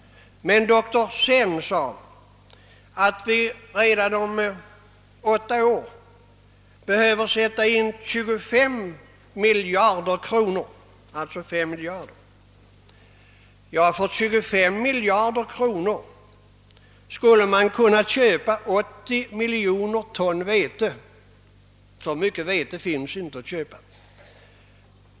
Men doktor Sen sade att man redan om åtta år behöver lämna u-hjälp för 25 miljarder kronor — för att ta det lägsta beloppet; han nämnde 5—11 miljarder dollar. För 25 miljarder kronor skulle man kunna köpa 80 miljoner ton vete. Så mycket vete finns inte att köpa.